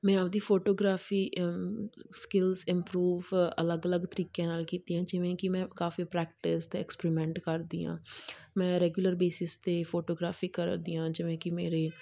ਮੈਂ ਆਪਣੀ photography skills improve ਅਲੱਗ ਅਲੱਗ ਤਰੀਕਿਆਂ ਨਾਲ ਕੀਤੀਆਂ ਜਿਵੇਂ ਕਿ ਮੈਂ ਕਾਫ਼ੀ ਪ੍ਰੈਕਟਿਸ ਅਤੇ ਐਕਸਪਰੀਮੈਂਟ ਕਰਦੀ ਹਾਂ ਮੈਂ ਰੈਗੂਲਰ ਬੇਸਿਸ 'ਤੇ ਫੋਟੋਗ੍ਰਾਫੀ ਕਰਦੀ ਹਾਂ ਜਿਵੇਂ ਕਿ ਮੇਰੇ